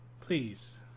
please